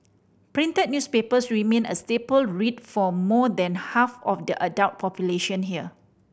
printed newspapers remain a staple read for more than half of the adult population here